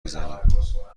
بزنیم